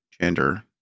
Gender